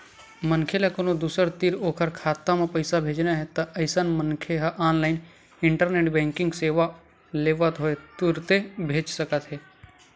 मनखे ल कोनो दूसर तीर ओखर खाता म पइसा भेजना हे अइसन म मनखे ह ऑनलाइन इंटरनेट बेंकिंग सेवा लेवत होय तुरते भेज सकत हे